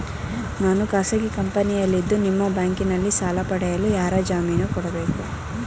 ನಾನು ಖಾಸಗಿ ಕಂಪನಿಯಲ್ಲಿದ್ದು ನಿಮ್ಮ ಬ್ಯಾಂಕಿನಲ್ಲಿ ಸಾಲ ಪಡೆಯಲು ಯಾರ ಜಾಮೀನು ಕೊಡಬೇಕು?